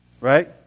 right